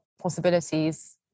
possibilities